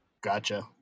Gotcha